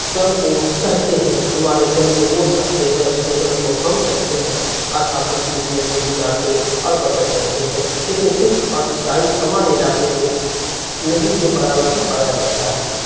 غم کو سہتے ہیں ہمارے غم کو وہ سہتے ہیں اس کے غم کو ہم سہتے ہیں اور آپس میں زندگی گزارتے اور بسر کرتے ہیں لیکن سکھ اور عیسائی ہمارے علاقے میں نہیں کے برابر ہی پایا جاتا ہے